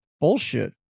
Bullshit